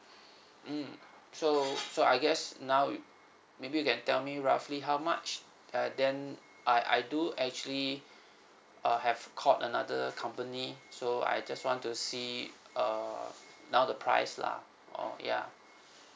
mm so so I guess now you maybe you can tell me roughly how much ah then I I do actually err have called another company so I just want to see uh now the price lah oh ya